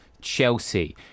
Chelsea